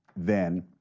then,